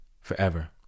forever